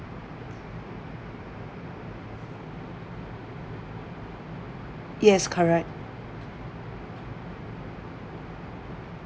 yes correct